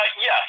Yes